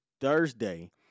Thursday